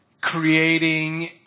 creating